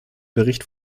bericht